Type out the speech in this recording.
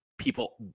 people